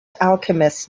alchemist